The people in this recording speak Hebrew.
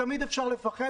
תמיד אפשר לפחד,